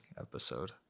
episode